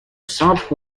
salt